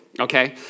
okay